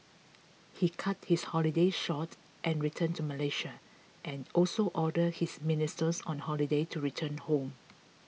he cut his holiday short and returned to Malaysia and also ordered his ministers on holiday to return home